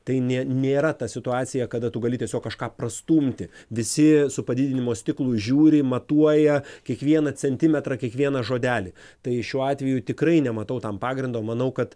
tai nė nėra ta situacija kada tu gali tiesiog kažką prastumti visi su padidinimo stiklu žiūri matuoja kiekvieną centimetrą kiekvieną žodelį tai šiuo atveju tikrai nematau tam pagrindo manau kad